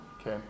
okay